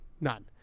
none